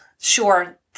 Sure